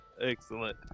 Excellent